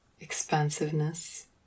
expansiveness